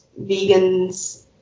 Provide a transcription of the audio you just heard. vegans